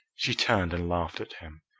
she turned and laughed at him.